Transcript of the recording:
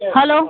hello